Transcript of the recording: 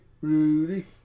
Rudy